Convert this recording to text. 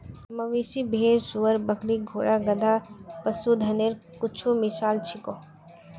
मवेशी, भेड़, सूअर, बकरी, घोड़ा, गधा, पशुधनेर कुछु मिसाल छीको